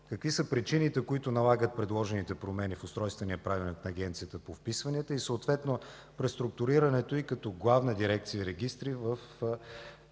какви са причините, които налагат предложите промени в Устройствения правилник на Агенция по вписванията и преструктурирането й като Главна дирекция „Регистри” в